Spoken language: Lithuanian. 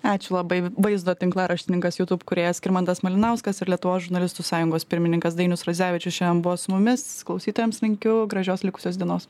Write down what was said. ačiū labai vaizdo tinklaraštininkas jutub kūrėjas skirmantas malinauskas ir lietuvos žurnalistų sąjungos pirmininkas dainius radzevičius šian buvo su mumis klausytojams linkiu gražios likusios dienos